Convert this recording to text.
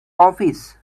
office